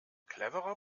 cleverer